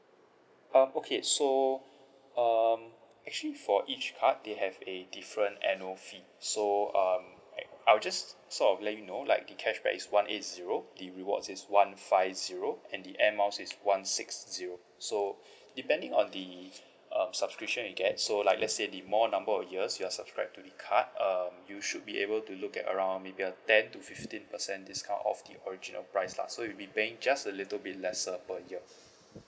um okay so um actually for each card they have a different annual fee so um I'll just sort of let you know like the cashback is one eight zero the rewards is one five zero and the air miles is one six zero so depending on the um subscription you get so like let's say the more number of years you are subscribe to the card um you should be able to look at around maybe uh ten to fifteen percent discount off the original price lah so you will be paying just a little bit lesser per year